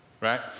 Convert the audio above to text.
Right